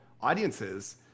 audiences